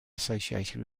associated